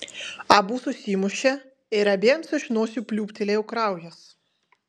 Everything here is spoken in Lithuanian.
abu susimušė ir abiems iš nosių pliūptelėjo kraujas